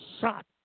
shot